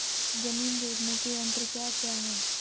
जमीन जोतने के यंत्र क्या क्या हैं?